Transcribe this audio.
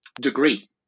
degree